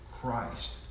Christ